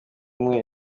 umwe